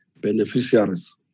beneficiaries